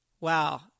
Wow